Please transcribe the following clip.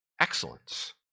excellence